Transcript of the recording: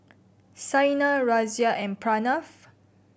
Saina Razia and Pranav